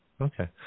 Okay